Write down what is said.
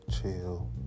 chill